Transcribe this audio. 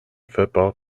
football